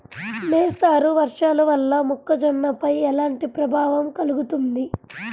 మోస్తరు వర్షాలు వల్ల మొక్కజొన్నపై ఎలాంటి ప్రభావం కలుగుతుంది?